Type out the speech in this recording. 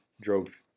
drove